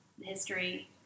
History